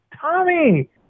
Tommy